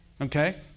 Okay